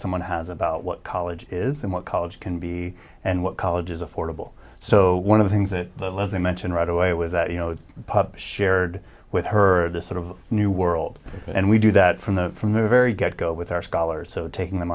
someone has about what college is and what college can be and what college is affordable so one of the things that the less they mention right away it was that you know shared with her the sort of new world and we do that from the from the very get go with our scholars so taking them